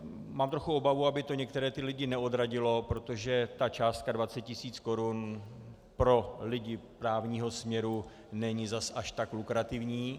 Mám trochu obavu, aby to některé ty lidi neodradilo, protože ta částka 20 tisíc korun pro lidi právního směru není zase až tak lukrativní.